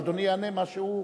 ואדוני יענה מה שהוא חפץ.